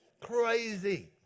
Crazy